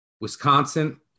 Wisconsin